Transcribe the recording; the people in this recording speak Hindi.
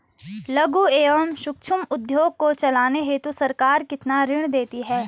लघु एवं सूक्ष्म उद्योग को चलाने हेतु सरकार कितना ऋण देती है?